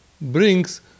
brings